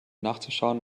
nachzuschauen